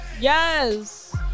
Yes